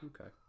Okay